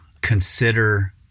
consider